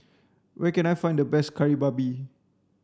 where can I find the best kari babi